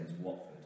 watford